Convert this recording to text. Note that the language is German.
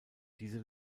diese